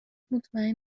مطمئن